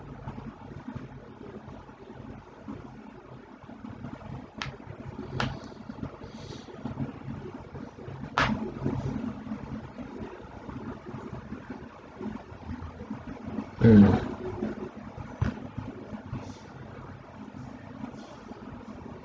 mm